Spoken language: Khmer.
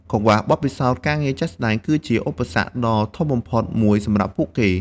កង្វះបទពិសោធន៍ការងារជាក់ស្តែង គឺជាឧបសគ្គដ៏ធំបំផុតមួយសម្រាប់ពួកគេ។